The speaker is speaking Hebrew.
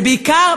ובעיקר,